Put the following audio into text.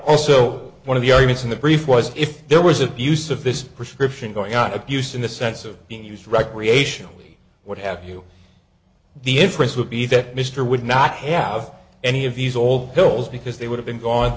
also one of the arguments in the brief was if there was abuse of this prescription going out of use in the sense of being used recreationally what have you the inference would be that mr would not have any of these old pills because they would have been gone